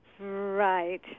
right